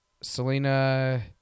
Selena